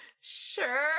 sure